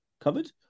covered